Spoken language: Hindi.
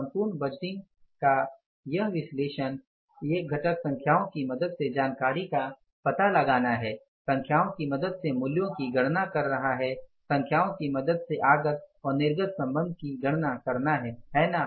संपूर्ण बजटिंग का यह विश्लेषण एक घटक संख्याओं की मदद से जानकारी का पता लगाना है संख्याओं की मदद से मूल्यों की गणना कर रहा है संख्याओं की मदद से आगत और निर्गत संबंध की गणना करना है है ना